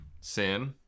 Sin